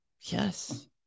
Yes